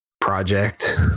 project